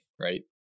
right